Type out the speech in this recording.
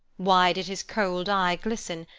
why did his cold eye glisten,